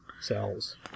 cells